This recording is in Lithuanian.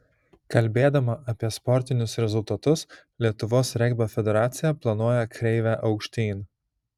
kalbėdama apie sportinius rezultatus lietuvos regbio federacija planuoja kreivę aukštyn